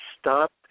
Stop